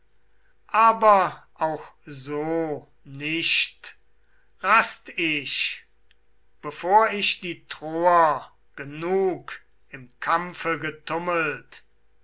aber auch so nicht rast ich bevor ich die troer genug im kampfe getummelt